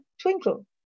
twinkle